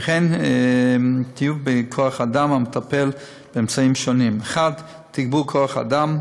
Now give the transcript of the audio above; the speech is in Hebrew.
וכן טיוב כוח-האדם המטפל באמצעים שונים: 1. תגבור כוח-אדם,